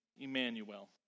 Emmanuel